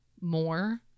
more